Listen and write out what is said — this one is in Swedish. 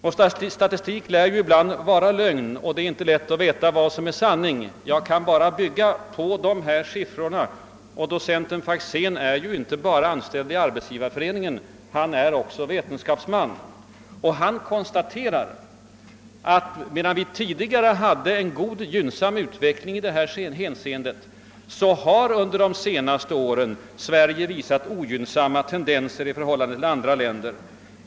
Statistik lär ibland vara lögn, och det är inte lätt att veta vad som är sanning. Jag kan för min del bara bygga på de nämnda siffrorna. Docenten Faxén, som inte bara är anställd i Svenska arbetsgivareföreningen, utan också är vetenskapsman, konstaterar att medan det tidigare förelåg en god och gynnsam utveckling i detta hänseende har Sverige under de senaste åren visat ogynnsamma tendenser i förhållande till andra länder.